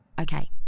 Okay